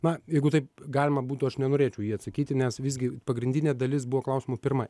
na jeigu taip galima būtų aš nenorėčiau į jį atsakyti nes visgi pagrindinė dalis buvo klausimo pirma